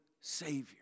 Savior